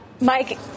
Mike